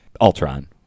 Ultron